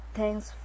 Thanks